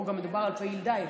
פה גם מדובר על פעיל דאעש.